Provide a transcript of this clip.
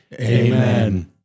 Amen